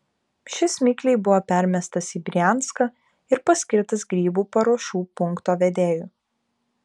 šis mikliai buvo permestas į brianską ir paskirtas grybų paruošų punkto vedėju